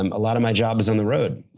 um a lot of my job is on the road.